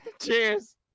Cheers